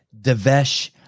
Devesh